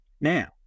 Now